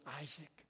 Isaac